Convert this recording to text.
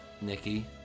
Nikki